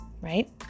right